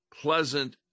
pleasant